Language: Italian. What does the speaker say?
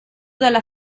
dalla